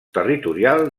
territorial